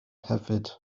hefyd